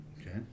Okay